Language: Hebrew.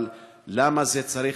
אבל למה זה צריך,